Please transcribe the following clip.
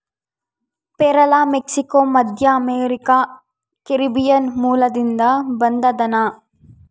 ಪೇರಲ ಮೆಕ್ಸಿಕೋ, ಮಧ್ಯಅಮೇರಿಕಾ, ಕೆರೀಬಿಯನ್ ಮೂಲದಿಂದ ಬಂದದನಾ